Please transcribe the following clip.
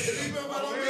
את זה ליברמן אומר.